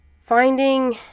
finding